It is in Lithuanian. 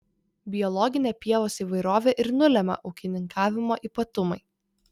biologinę pievos įvairovę ir nulemia ūkininkavimo ypatumai